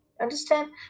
Understand